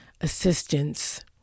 assistance